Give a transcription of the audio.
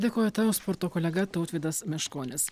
dėkoju tau sporto kolega tautvydas meškonis